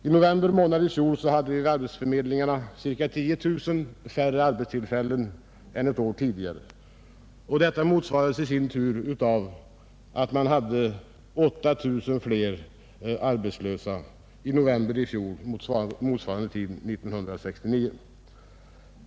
I november månad i fjol redovisade arbetsförmedlingarna ca 10 000 färre arbetstillfällen än ett år tidigare, och detta motsvarades i sin tur av att man hade 8 000 fler arbetslösa i november i fjol än motsvarande tid 1969.